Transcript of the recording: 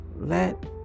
let